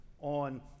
on